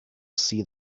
see